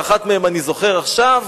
שאחת מהן אני זוכר עכשיו,